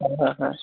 হয় হয় হয়